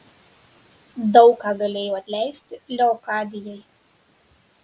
daug ką galėjo atleisti leokadijai